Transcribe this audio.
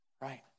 Right